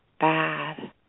bad